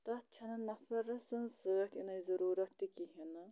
تَتھ چھَنہٕ نَفرٕ سٕنٛز سۭتۍ یِنٕچ ضروٗرَت تہِ کِہیٖنۍ نہٕ